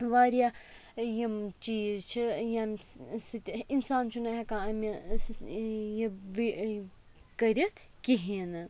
واریاہ یِم چیٖز چھِ ییٚمہِ سۭتۍ اِنسان چھُنہٕ ہٮ۪کان اَمہِ یہِ کٔرِتھ کِہیٖنۍ نہٕ